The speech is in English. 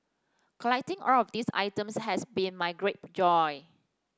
collecting all of these items has been my great joy